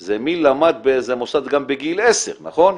זה מי למד באיזה מוסד גם בגיל 10, נכון?